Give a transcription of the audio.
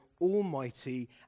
almighty